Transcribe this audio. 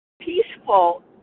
peaceful